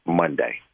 Monday